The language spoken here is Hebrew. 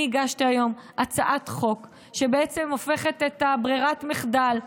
אני הגשתי היום הצעת חוק שבעצם הופכת את ברירת המחדל,